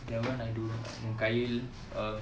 that [one] I don't know lah உன் கையில்:un kaiyil um